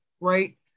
right